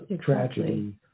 tragedy